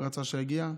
רצה שיגיע,